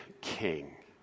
king